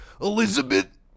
Elizabeth